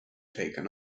taken